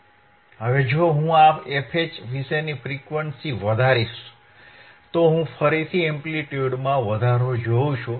હવે જો હું આ fH વિશેની ફ્રીક્વન્સી વધારીશ તો હું ફરીથી એમ્પ્લિટ્યુડમાં વધારો જોઉં છું